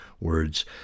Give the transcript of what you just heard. words